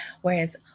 Whereas